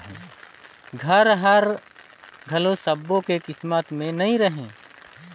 घर हर घलो सब्बो के किस्मत में नइ रहें